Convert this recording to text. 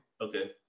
Okay